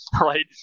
right